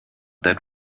that